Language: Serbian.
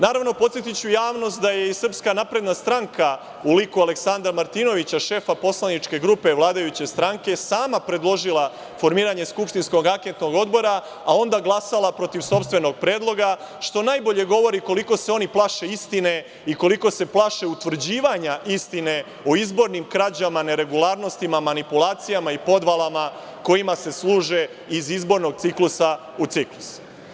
Naravno, podsetiću javnost da je i SNS u liku Aleksandra Martinovića, šefa poslaničke grupe vladajuće stranke sama predložila formiranje skupštinskog anketnog odbora, a onda glasala protiv sopstvenog predloga, što najbolje govori koliko se oni plaše istine i koliko se plaše utvrđivanja istine o izbornim krađama, neregularnostima, manipulacijama i podvalama, kojima se služe iz izbornog ciklusa u ciklus.